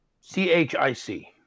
C-H-I-C